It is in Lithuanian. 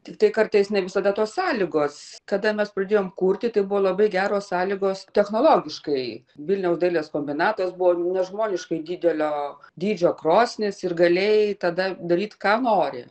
tiktai kartais ne visada tos sąlygos kada mes pradėjom kurti tai buvo labai geros sąlygos technologiškai vilniaus dailės kombinatas buvo nežmoniškai didelio dydžio krosnys ir galėjai tada daryt ką nori